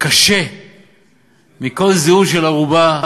קשה מכל זיהום של ארובה